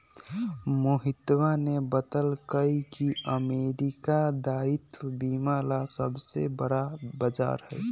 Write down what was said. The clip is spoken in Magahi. मोहितवा ने बतल कई की अमेरिका दायित्व बीमा ला सबसे बड़ा बाजार हई